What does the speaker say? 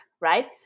right